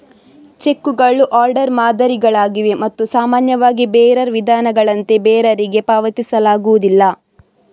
ಚೆಕ್ಕುಗಳು ಆರ್ಡರ್ ಮಾದರಿಗಳಾಗಿವೆ ಮತ್ತು ಸಾಮಾನ್ಯವಾಗಿ ಬೇರರ್ ವಿಧಾನಗಳಂತೆ ಬೇರರಿಗೆ ಪಾವತಿಸಲಾಗುವುದಿಲ್ಲ